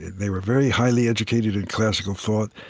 they were very highly educated in classical thought.